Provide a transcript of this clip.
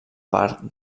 part